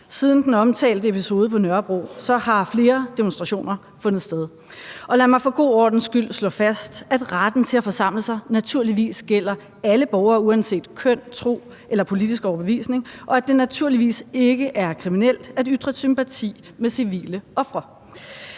Siden den omtalte episode på Nørrebro har flere demonstrationer fundet sted, og lad mig for god ordens skyld slå fast, at retten til at forsamle sig naturligvis gælder alle borgere uanset køn, tro og politisk overbevisning, og at det naturligvis ikke er kriminelt at ytre sympati med civile ofre.